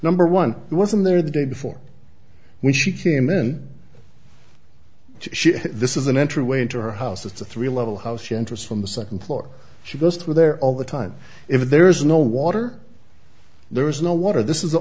number one wasn't there the day before when she and then she this is an entryway into her house it's a three level house she enters from the second floor she goes through there all the time if there is no water there is no water this is the